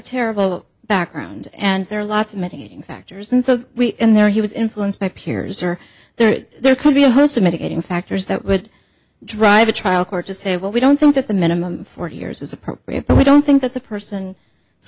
terrible background and there are lots of mitigating factors and so in there he was influenced by peers or there there could be a host of mitigating factors that would drive a trial court to say well we don't think that the minimum forty years is appropriate but we don't think that the person it's